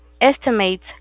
estimates